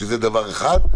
שזה דבר אחד,